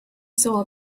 saw